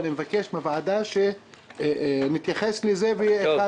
אני מבקש מהוועדה להתייחס לזה ושזה יהיה אחד